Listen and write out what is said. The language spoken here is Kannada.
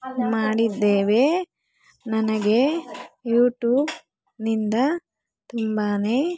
ಮಾಡಿದ್ದೇವೆ ನನಗೆ ಯೂಟ್ಯೂಬ್ನಿಂದ ತುಂಬಾ